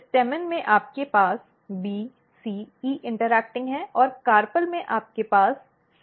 पुंकेसर में आपके पास B C E इंटरेक्टिंग है और कार्पल में आपके पास C और E इंटरेक्टिंग है